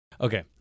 Okay